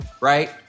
right